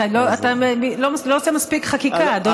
אתה לא עושה מספיק חקיקה, אדוני.